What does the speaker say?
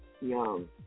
young